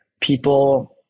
people